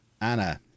Anna